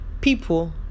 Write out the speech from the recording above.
people